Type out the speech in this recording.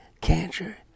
cancer